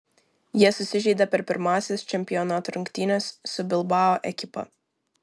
jie susižeidė per pirmąsias čempionato rungtynes su bilbao ekipa